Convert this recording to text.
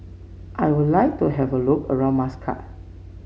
I would like to have a look around Muscat